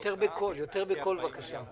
כ-40 מיליון שקל.